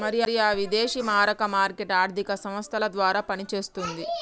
మరి ఆ విదేశీ మారక మార్కెట్ ఆర్థిక సంస్థల ద్వారా పనిచేస్తుంది